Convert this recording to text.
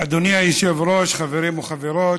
אדוני אדוני היושב-ראש, חברים וחברות,